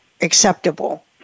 acceptable